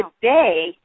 Today